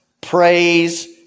praise